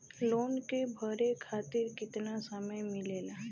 Loan के भरे खातिर कितना समय मिलेला?